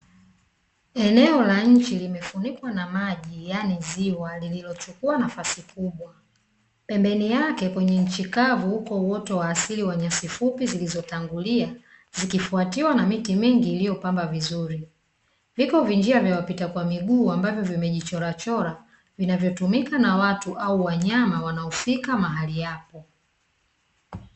Eneo la nje limefunikwa na maji yaani ziwa lilichukua sehemu kubwa pembeni yake, yaani nchi kavu upo uoto wa asili yaani nyasi fupi, zilizotangulia zikifatiwa na miti mingi iliyopamba vizuri viko vinjia vyab wapita kwa miguu ambavyo vimejichora chora vinavyotumika na watu au wanyama wanaofika mahari hapo.